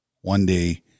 one-day